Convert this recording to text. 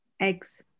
Eggs